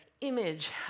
image